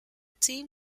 team